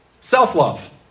Self-love